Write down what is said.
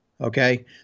Okay